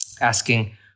asking